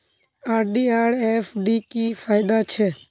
RD आर F D की फ़ायदा छे?